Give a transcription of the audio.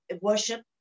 worship